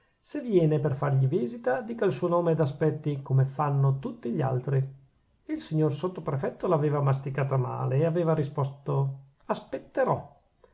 se viene per fargli visita dica il suo nome ed aspetti come fanno tutti gli altri il signor sottoprefetto l'aveva masticata male e aveva risposto aspetterò